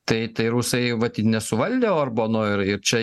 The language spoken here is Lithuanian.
tai tai rusai vat nesuvaldė orbano ir ir čia